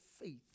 faith